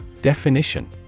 Definition